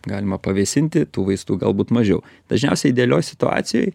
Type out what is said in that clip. galima pavėsinti tų vaistų galbūt mažiau dažniausiai idealioj situacijoj